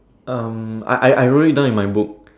um I I I wrote it down in my book